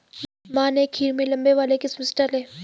माँ ने खीर में लंबे वाले किशमिश डाले